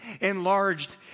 enlarged